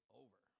over